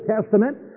Testament